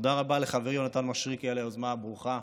תודה רבה לחברי יונתן משריקי על היוזמה הברוכה.